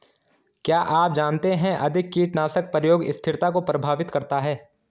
क्या आप जानते है अधिक कीटनाशक प्रयोग स्थिरता को प्रभावित करता है?